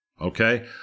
Okay